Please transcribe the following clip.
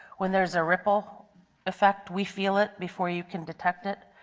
when there is a ripple effect, we feel it before you can detect it.